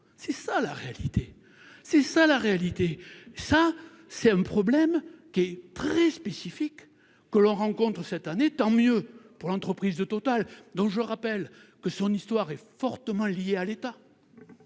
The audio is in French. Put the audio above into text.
c'est ça la réalité, c'est ça la réalité, ça c'est un problème qui est très spécifique que l'on rencontre cette année, tant mieux pour l'entreprise de Total, dont je rappelle que son histoire est fortement liée à l'État